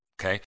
okay